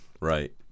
Right